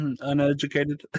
uneducated